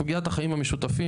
סוגיית החיים המשותפים,